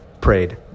prayed